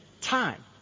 time